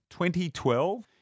2012